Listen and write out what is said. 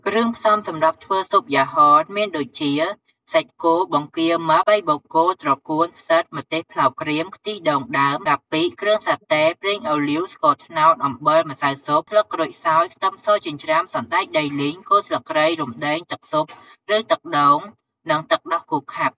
គ្រឿងផ្សំសម្រាប់ធ្វើស៊ុបយ៉ាហនមានដូចជា សាច់គោ បង្គា មឹក ស្ពៃបូកគោ ត្រកួន ផ្សិត ម្ទេសប្លោកក្រៀម ខ្ទិះដូងដើម កាពិ គ្រឿងសាតេ ប្រេងអូលីវ ស្ករត្នោត អំបិល ម្សៅស៊ុប ស្លឹកក្រូចសើច ខ្ទឹមសចិញ្ច្រាំ សណ្តែកដីលីង គល់ស្លឹកគ្រៃ រំដេង ទឹកស៊ុបឬទឹកដូង និងទឹកដោះគោខាប់។